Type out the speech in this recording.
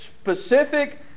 specific